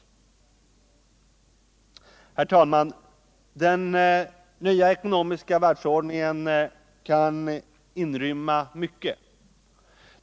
Herr talman! Den nya ekonomiska världsordningen kan inrymma mycket.